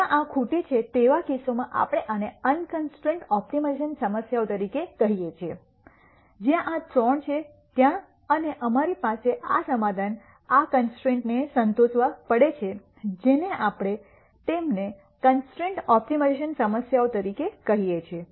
જ્યાં આ ખૂટે છે તેવા કેસોમાં આપણે આને અનકન્સ્ટ્રૈન્ટ ઓપ્ટિમાઇઝેશન સમસ્યાઓ તરીકે કહીએ છીએ જ્યાં આ 3 છે ત્યાં અને અમારી પાસે સમાધાન આ કન્સ્ટ્રૈન્ટને સંતોષવા પડે છે જેને આપણે તેમને કન્સ્ટ્રૈન્ટ ઓપ્ટિમાઇઝેશન સમસ્યાઓ તરીકે કહીએ છીએ